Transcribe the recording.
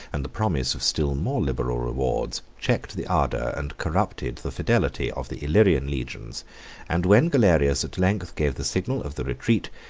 and the promise of still more liberal rewards, checked the ardor and corrupted the fidelity of the illyrian legions and when galerius at length gave the signal of the retreat,